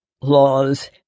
laws